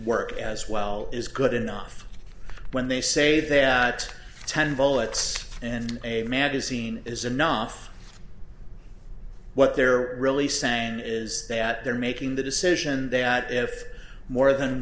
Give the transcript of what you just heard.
work as well is good enough when they say that ten volts in a magazine is enough what they're really saying is that they're making the decision that if more than